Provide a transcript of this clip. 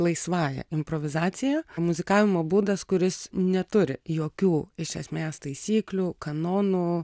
laisvąja improvizacija muzikavimo būdas kuris neturi jokių iš esmės taisyklių kanonų